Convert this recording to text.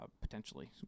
potentially